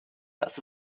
das